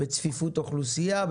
בצפיפות אוכלוסייה,